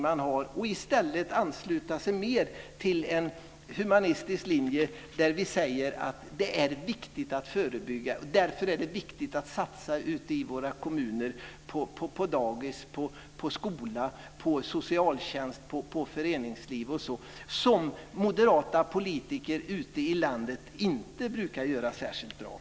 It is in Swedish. I stället borde Fredrik Reinfeldt ansluta sig mer till en humanistisk linje som går ut på att man ska förebygga genom att satsa ute i kommunerna på dagis, skola, socialtjänst och föreningsliv, vilket moderata politiker ute i landet inte brukar göra särskilt mycket.